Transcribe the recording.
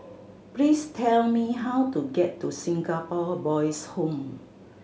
please tell me how to get to Singapore Boys' Home